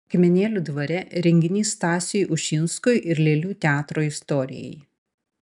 akmenėlių dvare renginys stasiui ušinskui ir lėlių teatro istorijai